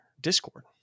Discord